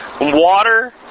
water